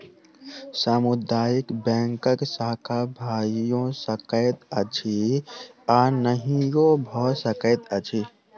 सामुदायिक बैंकक शाखा भइयो सकैत अछि आ नहियो भ सकैत अछि